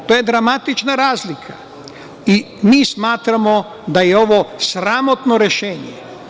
To je dramatična razlika, i mi smatramo da je ovo sramotno rešenje.